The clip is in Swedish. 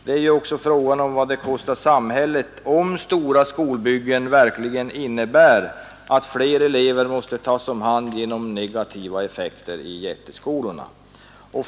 Det är också fråga om vad det kostar samhället, om stora skolbyggen innebär att fler elever måste tas om hand genom negativa effekter i jätteskolor.